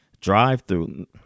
drive-through